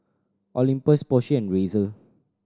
Olympus Porsche and Razer